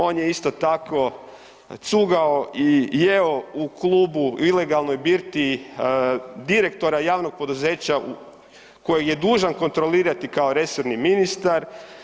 On je isto tako cugao i jeo u klubu, ilegalnoj birtiji direktora javnog poduzeća koji je dužan kontrolirati kao resorni ministar.